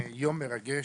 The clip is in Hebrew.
זהו יום מרגש,